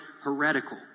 heretical